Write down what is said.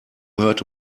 hörte